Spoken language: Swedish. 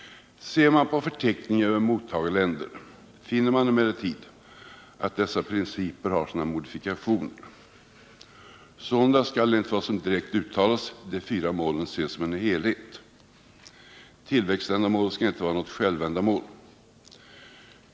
Ser man på förteckningen över mottagarländer, finner man emellertid att dessa principer har sina modifikationer. Sålunda skall, enligt vad som direkt uttalas, de fyra målen ses som en helhet. Tillväxtändamålet skall inte vara något självändamål.